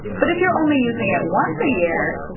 but if you're only using it once a year,